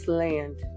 land